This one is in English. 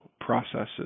processes